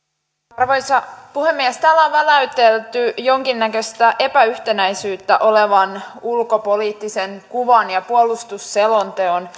arvoisa puhemies täällä on väläytelty olevan jonkinnäköistä epäyhtenäisyyttä ulkopoliittisen kuvan ja puolustusselonteon